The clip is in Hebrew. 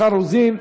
מיכל רוזין,